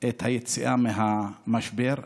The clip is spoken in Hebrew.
את היציאה מהמשבר.